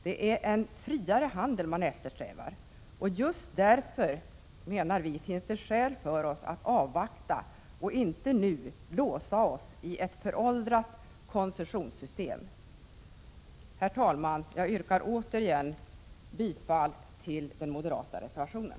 Det är en friare handel man eftersträvar och just därför, menar vi, finns det skäl för oss att avvakta och inte nu låsa oss vid ett föråldrat koncessionssystem. Herr talman! Jag yrkar återigen bifall till den moderata reservationen.